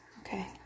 Okay